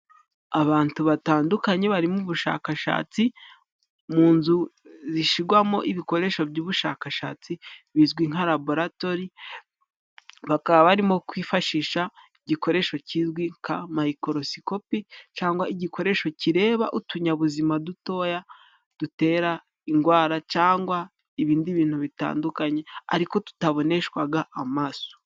Abantu batandukanye bari mu bushakashatsi, mu nzu zishyigwamo ibikoresho by'ubushakashatsi bizwi nka laboratori. Bakaba barimo kwifashisha igikoresho kizwi nka mikorosikopi, cyangwa igikoresho kireba utunyabuzima dutoya dutera ingwara zitandukanye, cyangwa ibindi bintu bitandukanye ariko bitaboneshwaga amaso.